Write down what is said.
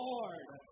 Lord